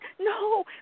No